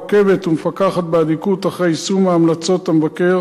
עוקבת ומפקחת באדיקות אחרי יישום המלצות המבקר